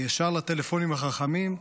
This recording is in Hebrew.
ישר לטלפונים החכמים,